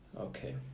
Okay